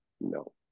no